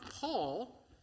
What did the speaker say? Paul